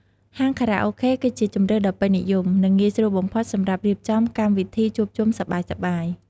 ហាងខារ៉ាអូខេ គឺជាជម្រើសដ៏ពេញនិយម និងងាយស្រួលបំផុតសម្រាប់រៀបចំ កម្មវិធីជួបជុំសប្បាយៗ។